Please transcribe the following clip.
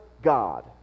God